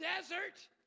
desert